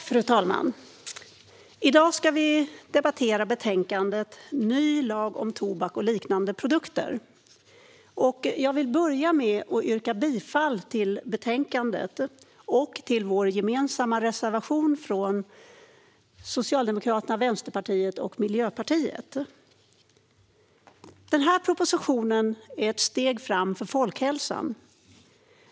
Fru talman! I dag ska vi debattera betänkandet Ny lag om tobak och liknande produkter . Jag vill inleda med att yrka bifall den gemensamma reservationen från Socialdemokraterna, Vänsterpartiet och Miljöpartiet. Propositionen är ett steg framåt för folkhälsan.